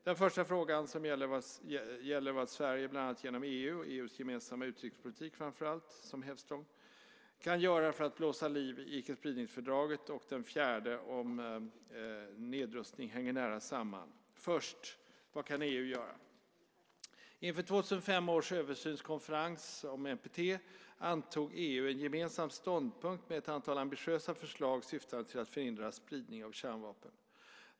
Den första frågan, som gäller vad Sverige bland annat genom EU och framför allt EU:s gemensamma utrikespolitik kan göra för att blåsa liv i icke-spridningsfördraget, och den fjärde om nedrustning hänger nära samman. Först: Vad kan EU göra? Inför 2005 års översynskonferens om NPT antog EU en gemensam ståndpunkt med ett antal ambitiösa förslag syftande till att förhindra spridning av kärnvapen.